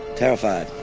terrified,